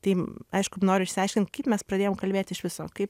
tai aišku noriu išsiaiškint kaip mes pradėjom kalbėt iš viso kaip